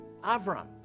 Avram